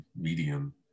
medium